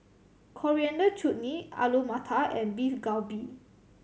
Coriander Chutney Alu Matar and Beef Galbi